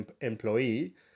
employee